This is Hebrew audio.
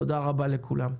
תודה רבה לכולם.